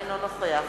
אינו נוכח